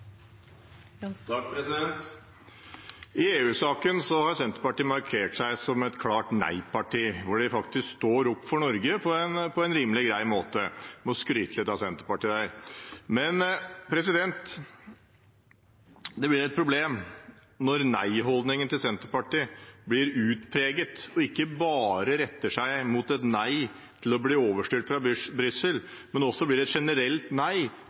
I EU-saken har Senterpartiet markert seg som et klart nei-parti hvor de faktisk står opp for Norge på en rimelig grei måte. Jeg må skryte litt av Senterpartiet der. Men det blir et problem når nei-holdningen til Senterpartiet blir utpreget og ikke bare retter seg mot et nei til å bli overstyrt fra Brussel, men også blir et generelt nei